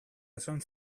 esan